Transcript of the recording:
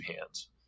hands